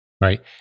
right